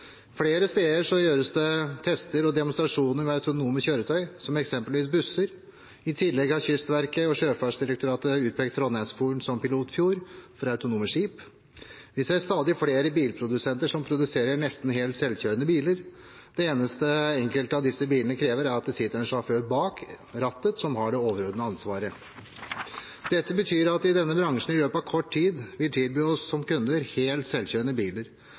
Flere steder gjøres det tester og demonstrasjoner med autonome kjøretøy, som f.eks. busser. I tillegg har Kystverket og Sjøfartsdirektoratet utpekt Trondheimsfjorden som pilotfjord for autonome skip. Vi ser stadig flere bilprodusenter som produserer nesten helt selvkjørende biler. Det eneste enkelte av disse bilene krever, er at det sitter en sjåfør bak rattet som har det overordnete ansvaret. Dette betyr at denne bransjen i løpet av kort tid vil tilby oss kunder helt selvkjørende biler.